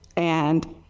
and,